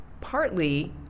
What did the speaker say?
partly